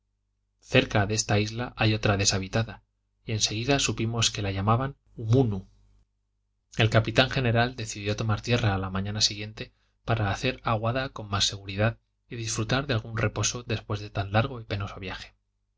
detrás de esta isla hay otra deshabitada y en seguida supimos que la llamaban mun el capitán general decidió tomar tierra a la mañana siguiente para hacer aguada con más seguridad y disfrutar de algún reposo después de un tan largo y penoso viaje